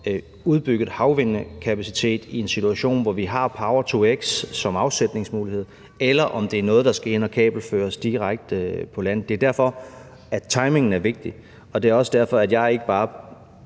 udbygget havvindkapacitet i en situation, hvor vi har power-to-x som afsætningsmulighed, eller om det er noget, der skal ind og kabelføres direkte på land. Det er derfor, at timingen er vigtig, og det er også derfor, at jeg ikke bare